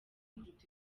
kuruta